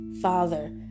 father